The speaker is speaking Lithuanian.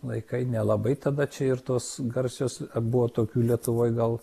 laikai nelabai tada čia ir tos garsios buvo tokių lietuvoj gal